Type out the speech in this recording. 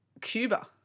Cuba